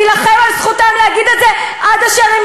אני אלחם על זכותם להגיד את זה עד אשר הם